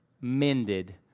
mended